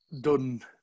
done